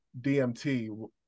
dmt